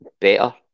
better